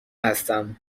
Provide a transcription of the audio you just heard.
هستم